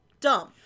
dumb